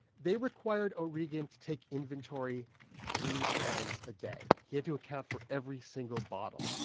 they required o'regan to take inventory three times a day. he had to account for every single bottle.